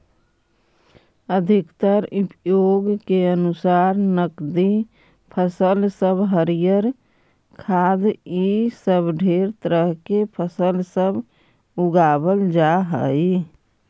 अधिकतर उपयोग के अनुसार नकदी फसल सब हरियर खाद्य इ सब ढेर तरह के फसल सब उगाबल जा हई